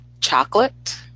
chocolate